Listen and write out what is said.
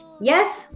yes